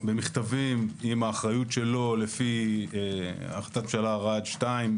במכתבים עם האחריות שלו לפי ההחלטות של רע"ד 2,